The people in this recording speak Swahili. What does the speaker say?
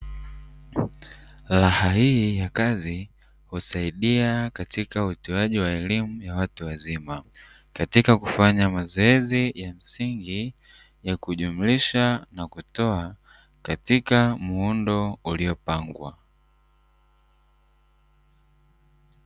Raha hii ya kazi husaidia katika utoaji wa elimu ya watu wazima, katika kufanya mazoezi ya msingi ya kujumlisha na kutoa katika muundo uliopangwa.